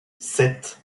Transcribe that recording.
sept